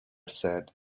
said